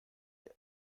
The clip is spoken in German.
der